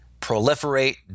proliferate